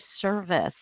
service